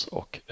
och